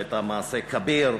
שהייתה מעשה כביר,